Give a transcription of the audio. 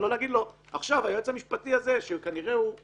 ולא להגיד לו: עכשיו היועץ המשפטי הזה שכנראה הוא